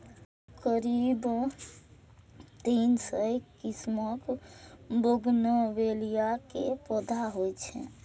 करीब तीन सय किस्मक बोगनवेलिया के पौधा होइ छै